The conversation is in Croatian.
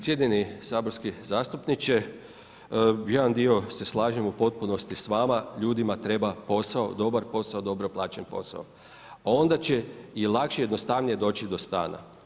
Cijenjeni saborski zastupniče, jedan dio se slažem u potpunosti s vama, ljudima treba posao, dobar posao, dobro plaćen posao a onda će i lakše i jednostavnije doći do stana.